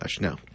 no